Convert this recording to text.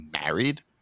married